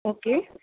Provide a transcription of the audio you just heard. okay